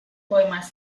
poemas